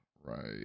Right